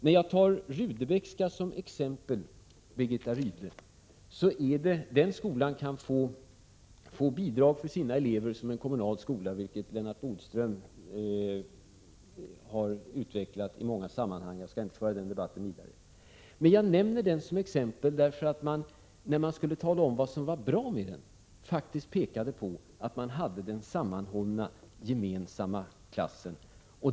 Jag tar Sigrid Rudebecks gymnasium som exempel, Birgitta Rydle, därför att den skolan kan få bidrag för sina elever precis som en kommunal skola, vilket Lennart Bodström har utvecklat i många sammanhang — jag skall inte föra den debatten vidare. Men jag nämner den skolan som exempel därför att man när man skulle tala om vad som var bra med skolan pekade på att man där hade den sammanhållna gemensamma klassen.